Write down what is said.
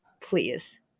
Please